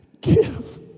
give